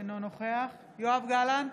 אינו נוכח יואב גלנט,